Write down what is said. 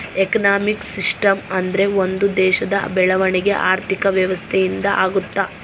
economic system ಅಂದ್ರೆ ಒಂದ್ ದೇಶದ ಬೆಳವಣಿಗೆ ಆರ್ಥಿಕ ವ್ಯವಸ್ಥೆ ಇಂದ ಆಗುತ್ತ